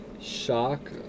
shock